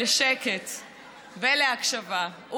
ולהקשבה.